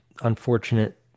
unfortunate